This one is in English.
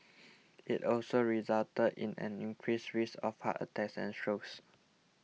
it also resulted in an increased risk of heart attacks and strokes